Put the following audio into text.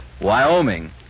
Wyoming